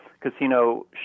casino